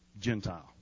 Gentile